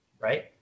right